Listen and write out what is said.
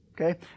Okay